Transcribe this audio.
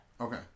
Okay